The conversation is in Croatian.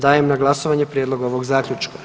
Dajem na glasovanje prijedlog ovog zaključka.